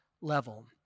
level